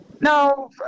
No